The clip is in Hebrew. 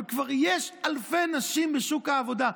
אבל כבר יש אלפי נשים בשוק העבודה.